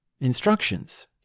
instructions